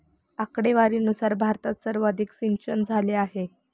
आकडेवारीनुसार भारतात सर्वाधिक सिंचनझाले आहे